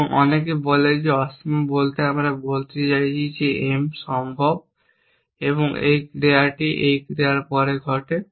এবং অনেকে বলে অসীম বলতে আমরা বলতে চাইছি M সম্ভব এবং এই ক্রিয়াটি এই ক্রিয়ার পরে ঘটে